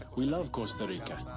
we love costa rica.